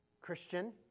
Christian